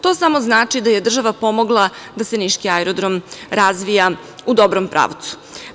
To samo znači da je država pomogla da se niški aerodrom razvija u dobrom pravcu.